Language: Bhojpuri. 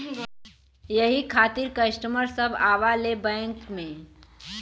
यही खातिन कस्टमर सब आवा ले बैंक मे?